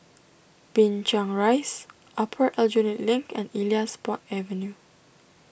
Binchang Rise Upper Aljunied Link and Elias Park Avenue